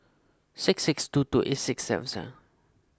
six six two two eight six seven seven